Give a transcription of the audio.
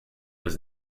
was